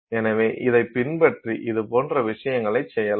எனவே இதைப் பின்பற்றி இது போன்ற விஷயங்களை செய்யலாம்